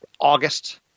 August